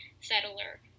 settler